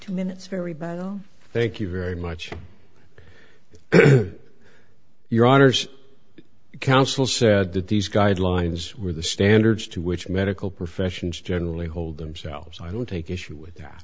two minutes very bow thank you very much your honour's counsel said that these guidelines were the standards to which medical professions generally hold themselves i don't take issue with that